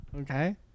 okay